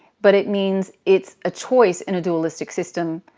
but it means it's a choice in a dualistic system.